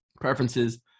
preferences